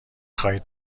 خواهید